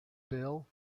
bill